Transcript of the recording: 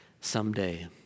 someday